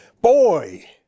Boy